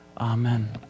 Amen